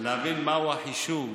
להבין מהו החישוב,